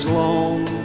long